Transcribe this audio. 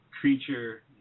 creature